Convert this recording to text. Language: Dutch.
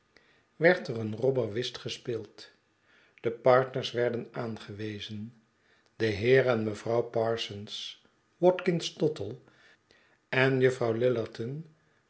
werd er een robber whist gespeeld de partners werden aangewezen de heer en mevrouw parsons watkins tottle en juffrouw